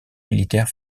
militaire